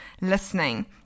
listening